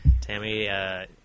tammy